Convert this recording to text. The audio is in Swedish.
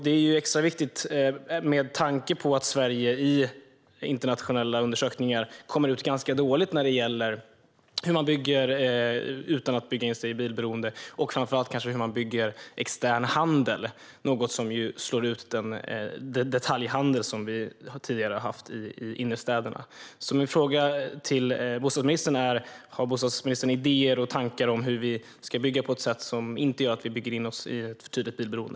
Det är extra viktigt med tanke på att Sverige i internationella undersökningar kommer ut ganska dåligt när det gäller att bygga in sig i bilberoende och hur extern handel byggs ut. Det är något som slår ut den detaljhandel som tidigare har funnits i innerstäderna. Har bostadsministern idéer och tankar om hur vi ska bygga på ett sätt som inte gör att vi bygger in oss i ett för tidigt bilberoende?